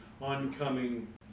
oncoming